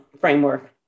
framework